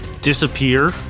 Disappear